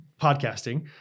podcasting